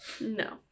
No